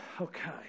Okay